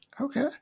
Okay